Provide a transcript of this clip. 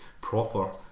proper